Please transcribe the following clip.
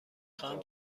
خواهم